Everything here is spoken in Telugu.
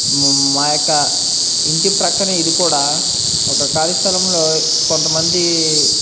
మా యొక్క ఇంటి ప్రక్కన ఇది కూడా ఒక ఖాళీ స్థలంలో కొంత మంది